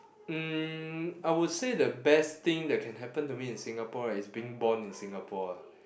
mm I would say the best thing that can happen to me in Singapore right is being born in Singapore ah